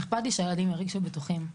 אכפת לי שהילדים ירגישו בטוחים.